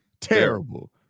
terrible